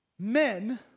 Men